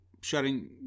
shutting